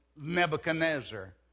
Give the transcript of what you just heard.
Nebuchadnezzar